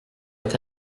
est